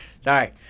Sorry